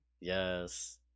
Yes